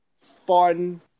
fun